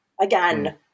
again